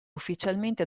ufficialmente